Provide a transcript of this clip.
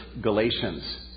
Galatians